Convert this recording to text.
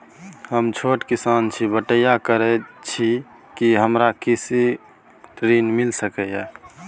हम छोट किसान छी, बटईया करे छी कि हमरा कृषि ऋण मिल सके या?